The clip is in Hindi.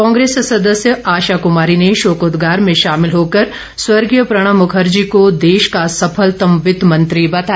कांग्रेस सदस्य आशा कुमारी ने शोकोदगार में शामिल होकर स्व प्रणब मुखर्जी को देश का सफलतम वित्त मंत्री बताया